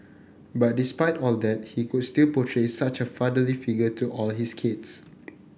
but despite all that he could still portray such a fatherly figure to all his kids